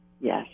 Yes